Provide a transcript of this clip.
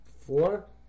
four